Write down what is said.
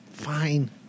Fine